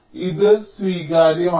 അതിനാൽ ഇത് സ്വീകാര്യമാണ്